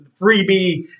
freebie